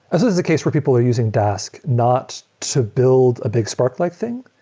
this is the case where people are using dask not to build a big spark-like thing.